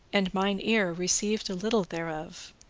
and mine ear received a little thereof.